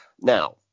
Now